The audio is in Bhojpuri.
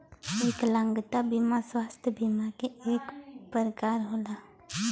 विकलागंता बिमा स्वास्थ बिमा के एक परकार होला